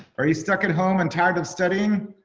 are you stuck at home and tired of studying?